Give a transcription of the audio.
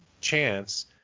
chance